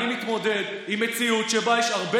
אני מתמודד עם מציאות שבה יש הרבה